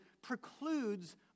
precludes